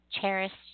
cherished